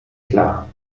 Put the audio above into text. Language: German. klar